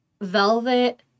velvet